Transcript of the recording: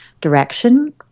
direction